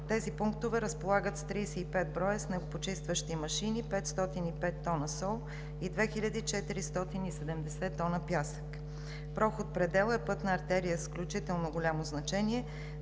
Тези пунктове разполагат с 35 броя снегопочистващи машини, 505 тона сол и 2470 тона пясък. Проходът „Предела“ е пътна артерия с изключително голямо значение,